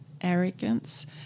arrogance